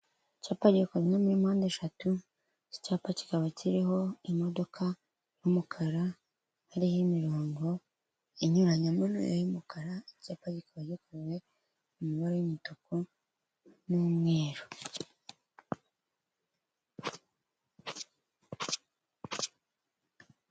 Icyapa gikozwe muri mpande eshatu, iki cyapa kikaba kiriho imodoka y'umukara, hariho imirongo inyuranyemo y'umukara, iki cyapa kikaba gikoze mu ibara ry'umutuku n'umweru.